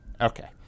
Okay